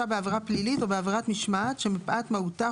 בעבירה פלילית או בעבירת משמעת שמפאת מהותה,